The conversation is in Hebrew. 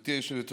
בבקשה, השר.